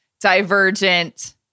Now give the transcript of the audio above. Divergent